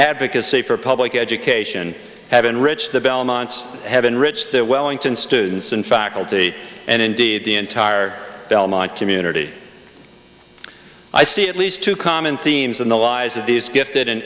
advocacy for public education have enriched the belmont's have enriched their wellington students and faculty and indeed the entire belmont community i see at least two common themes in the lives of these gifted and